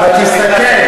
אבל תסתכל,